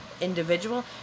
individual